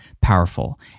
powerful